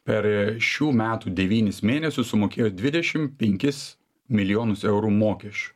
per šių metų devynis mėnesius sumokėjo dvidešim penkis milijonus eurų mokesčių